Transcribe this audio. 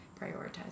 prioritize